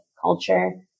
culture